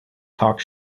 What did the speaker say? talk